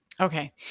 Okay